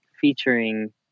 featuring